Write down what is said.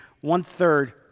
one-third